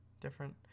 Different